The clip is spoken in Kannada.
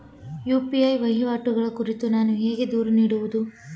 ಯು.ಪಿ.ಐ ವಹಿವಾಟುಗಳ ಕುರಿತು ನಾನು ಹೇಗೆ ದೂರು ನೀಡುವುದು?